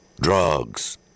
drugs